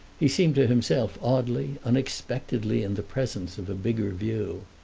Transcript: he seemed to himself oddly, unexpectedly in the presence of a bigger view.